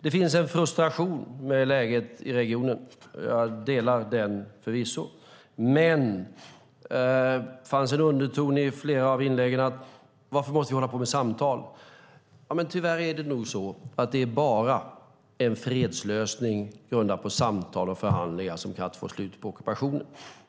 Det finns en frustration över läget i regionen, och jag delar den förvisso. Undertonen i flera av inläggen var: Varför måste vi hålla på med samtal? Men tyvärr är det nog så att det bara är en fredslösning grundad på samtal och förhandlingar som kan få slut på ockupationen.